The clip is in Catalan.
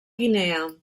guinea